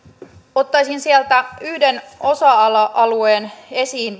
ottaisin vielä yhden osa alueen esiin